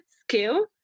skill